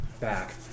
back